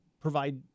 provide